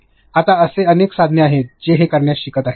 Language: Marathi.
आत्ता असे अनेक साधने आहेत जे हे करण्यास शिकत आहेत